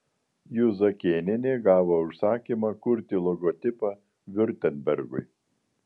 juzakėnienė gavo užsakymą kurti logotipą viurtembergui